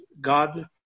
God